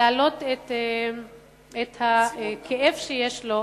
להעלות את הכאב שיש לו